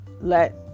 let